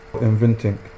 inventing